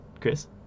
Chris